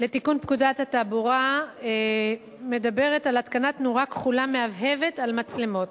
לתיקון פקודת התעבורה המדברת על התקנת נורה כחולה מהבהבת על מצלמות.